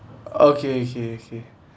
okay okay okay